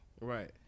Right